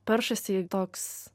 peršasi toks